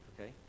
Okay